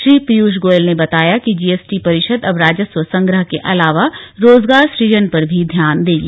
श्री पीयूष गोयल ने बताया कि जीएसटी परिषद अब राजस्व संग्रह के अलावा रोजुगार सूजन पर भी ध्यान देगी